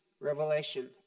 revelation